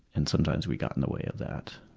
and sometimes we got in the way of that.